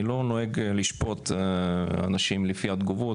אני לא נוהג לשפוט אנשים לפי התגובות,